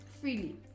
freely